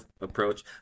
approach